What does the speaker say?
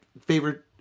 favorite